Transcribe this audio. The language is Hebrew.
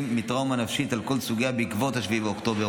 מטראומה נפשית על כל סוגיה בעקבות 7 באוקטובר,